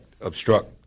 obstruct